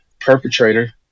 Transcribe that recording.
perpetrator